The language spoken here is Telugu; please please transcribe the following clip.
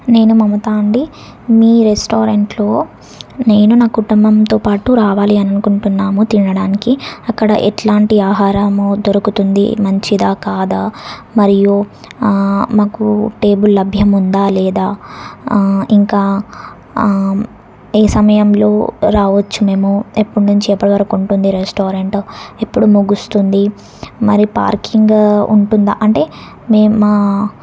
నేను మమతా అండి మీ రెస్టారెంట్లో నేను నా కుటుంబంతో పాటు రావాలి అని అనుకుంటున్నాము తినడానికి అక్కడ ఎలాంటి ఆహారము దొరుకుతుంది మంచిదా కాదా మరియు మాకు టేబుల్ లభ్యం ఉందా లేదా ఇంకా ఏ సమయంలో రావచ్చు మేము ఎప్పుటి నుంచి ఎప్పటి వరకు ఉంటుంది రెస్టారెంట్ ఎప్పుడు ముగుస్తుంది మరి పార్కింగ్ ఉంటుందా అంటే నే మా